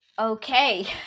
Okay